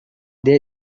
their